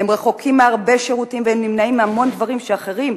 הם רחוקים מהרבה שירותים והם נמנעים מהמון דברים שאחרים,